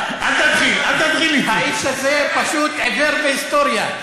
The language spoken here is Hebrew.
האיש הזה פשוט עיוור בהיסטוריה.